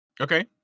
Okay